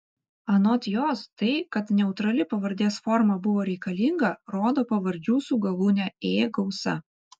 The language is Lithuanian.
anot jos tai kad neutrali pavardės forma buvo reikalinga rodo pavardžių su galūne ė gausa